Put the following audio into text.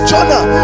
Jonah